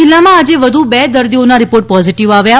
આણંદ જિલ્લામાં આજે વધુ બે દર્દીઓનો રીપોર્ટ પોઝીટીવ આવ્યો છે